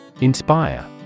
Inspire